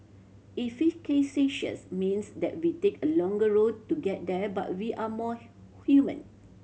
efficacious means that we take a longer route to get there but we are more human